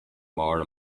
more